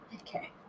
Okay